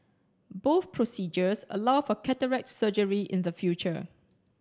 both procedures allow for cataract surgery in the future